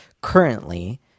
currently